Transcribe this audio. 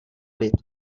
byt